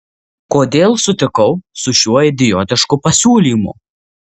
kodėl sutikau su šiuo idiotišku pasiūlymu